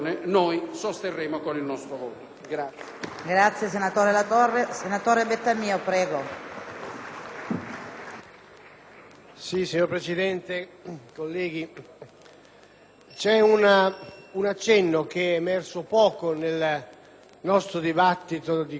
Signora Presidente, colleghi, c'è un accenno che è emerso poco nel nostro dibattito di questo pomeriggio vale a dire la valenza che questo Trattato di amicizia tra la Libia e l'Italia ha non